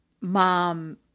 mom